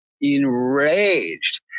enraged